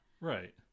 Right